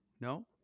No